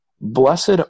blessed